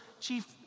chief